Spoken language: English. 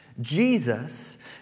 Jesus